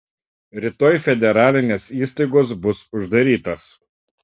rytoj federalinės įstaigos bus uždarytos